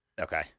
Okay